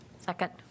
Second